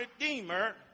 redeemer